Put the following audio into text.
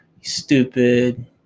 Stupid